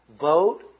vote